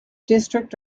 district